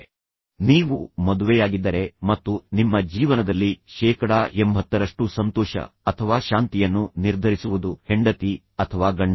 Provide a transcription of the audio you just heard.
ಆದ್ದರಿಂದ ನೀವು ಮದುವೆಯಾಗಿದ್ದರೆ ಮತ್ತು ನಿಮ್ಮ ಜೀವನದಲ್ಲಿ ಶೇಕಡಾ ಎಂಭತ್ತರಷ್ಟು ಸಂತೋಷ ಅಥವಾ ಶಾಂತಿಯನ್ನು ನಿರ್ಧರಿಸುವುದು ಹೆಂಡತಿ ಅಥವಾ ಗಂಡ